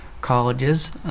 colleges